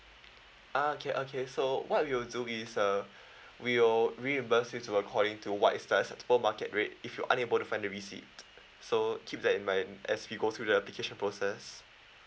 ah okay okay so what we will do is uh we will reimburse you to according to what is the per market rate if you're unable to find the receipt so keep that in mind as we go through the application process